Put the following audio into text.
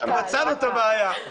גורמים אחרים.